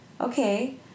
Okay